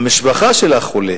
המשפחה של החולה,